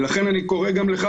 לכן אני קורא גם לך,